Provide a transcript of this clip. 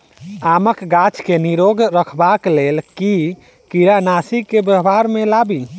आमक गाछ केँ निरोग रखबाक लेल केँ कीड़ानासी केँ व्यवहार मे लाबी?